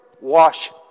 wash